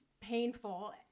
painful